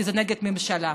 כי זה נגד הממשלה.